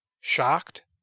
shocked